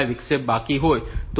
5 વિક્ષેપ બાકી હોય તો આ p 7